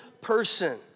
person